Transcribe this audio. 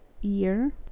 year